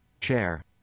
chair